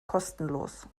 kostenlos